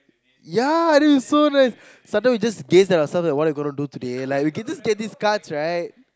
ya this is so nice sometimes we just gaze at ourselves like what are we gonna do today like we can just get these cards right